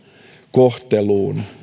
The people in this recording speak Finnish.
kohteluun